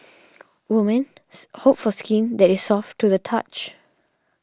women's hope for skin that is soft to the touch